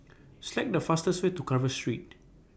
Select The fastest Way to Carver Street